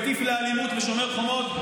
הטיף לאלימות בשומר החומות,